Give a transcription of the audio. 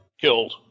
killed